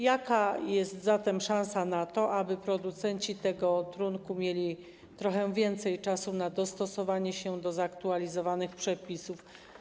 Jaka jest szansa na to, aby producenci tego trunku mieli trochę więcej czasu na dostosowanie się do zaktualizowanych przepisów?